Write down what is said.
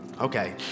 Okay